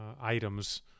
items